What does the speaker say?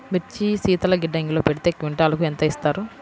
మిర్చి శీతల గిడ్డంగిలో పెడితే క్వింటాలుకు ఎంత ఇస్తారు?